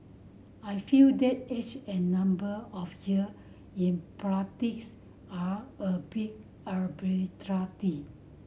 I feel that age and number of year in practice are a bit